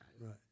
Right